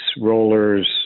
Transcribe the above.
rollers